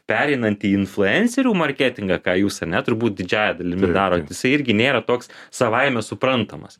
pereinant į influencerių marketingą ką jūs ane turbūt didžiąja dalimi darot jisai irgi nėra toks savaime suprantamas